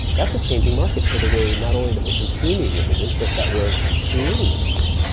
that's a changing market for the way not only that we're consuming images, but that we're creating images.